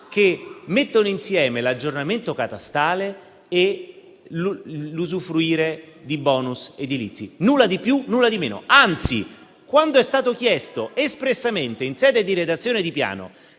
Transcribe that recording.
che mettono insieme l'aggiornamento catastale e il godimento di *bonus* edilizi. Nulla di più, nulla di meno. Anzi, quando è stato chiesto espressamente, in sede di redazione del Piano,